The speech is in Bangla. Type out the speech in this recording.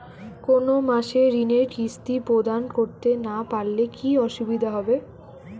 কোনো মাসে ঋণের কিস্তি প্রদান করতে না পারলে কি অসুবিধা হবে?